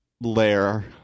lair